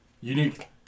unique